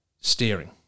steering